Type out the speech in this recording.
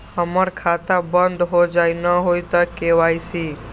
हमर खाता बंद होजाई न हुई त के.वाई.सी?